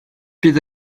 bydd